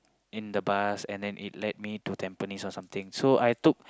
in the bus and then it led me to Tampines or something so I took